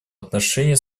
отношении